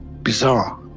bizarre